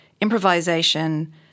improvisation